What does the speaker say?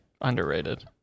underrated